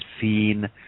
seen